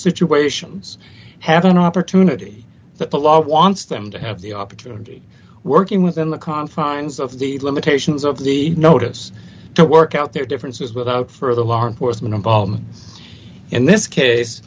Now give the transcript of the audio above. situations have an opportunity that the law wants them to have the opportunity working within the confines of the limitations of the notice to work out their differences without further law enforcement involved in this case